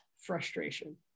frustration